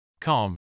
Calm